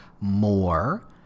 more